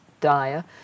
dire